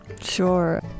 Sure